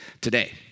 Today